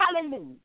Hallelujah